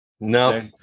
no